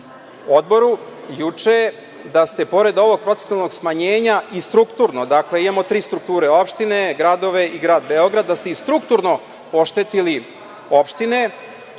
odboru juče, da ste pored ovog procentualnog smanjenja i strukturno, dakle, imamo tri strukture – opštine, gradove i grad Beograd, da ste i strukturno oštetili opštine